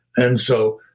and so